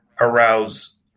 arouse